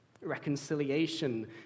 Reconciliation